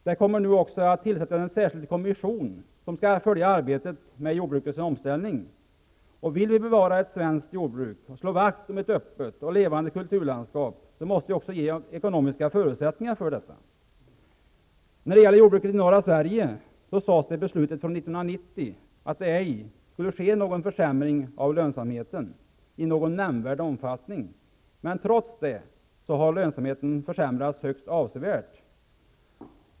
Det kommer nu att tillsättas en särskild kommission som skall följa arbetet med jordbrukets omställning. Om vi vill bevara ett svenskt jordbruk och slå vakt om ett öppet och levande kulturlandskap, måste vi också ge ekonomiska förutsättningar för detta. När det gäller jordbruket i norra Sverige sades det i beslutet från 1990 att lönsamheten ej skulle försämras i någon nämnvärd omfattning. Trots detta har lönsamheten försämrats högst avsevärt.